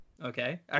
Okay